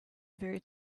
very